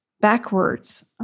backwards